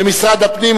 ממשרד הפנים,